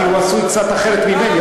כי הוא עשוי קצת אחרת ממני,